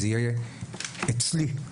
יהיו אצלי.